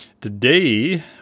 Today